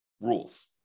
rules